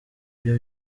byo